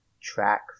track